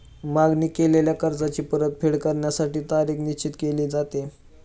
मागणी केलेल्या कर्जाची परतफेड करण्यासाठी तारीख निश्चित केली जाते